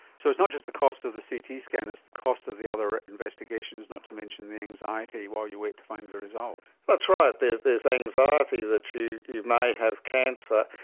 so it's not just the cost of the ct scan, it's the cost of the other investigations, not to mention the anxiety while you wait to find the result. that's right, there's there's anxiety that you you may have cancer,